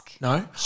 No